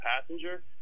passenger